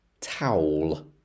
towel